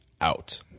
out